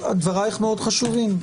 דברייך מאוד חשובים,